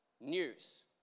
news